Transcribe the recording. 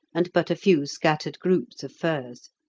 and but a few scattered groups of firs.